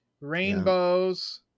Rainbows